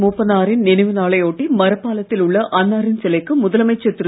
மூப்பானாரின் நினைவு நாளை ஒட்டி மரப்பாலத்தில் உள்ள அன்னாரின் சிலைக்கு முதலமைச்சர் திரு